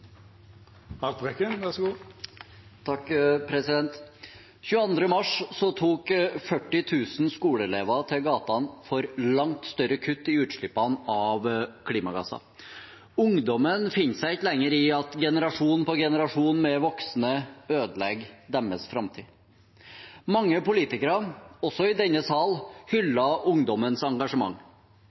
mars tok 40 000 skoleelever til gatene for langt større kutt i utslippene av klimagasser. Ungdommen finner seg ikke lenger i at generasjon på generasjon med voksne ødelegger deres framtid. Mange politikere, også i denne sal, hyllet ungdommens engasjement.